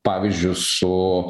pavyzdžius su